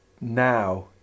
now